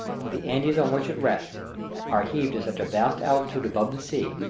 for the andes on which it rests are heaved to such a vast altitude above the sea,